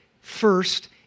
first